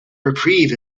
reprieve